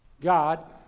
God